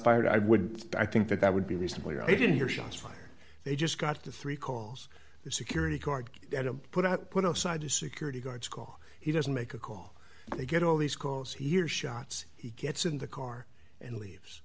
fired i would i think that that would be reasonably i didn't hear shots fired they just got to three calls the security guard put out put outside the security guards call he doesn't make a call they get all these calls hear shots he gets in the car and leaves